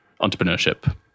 entrepreneurship